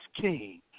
king